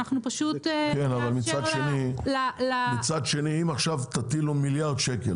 אנחנו פשוט -- אם עכשיו תטילו מיליארד שקל